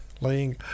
laying